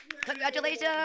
Congratulations